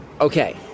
Okay